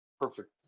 perfect